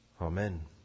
Amen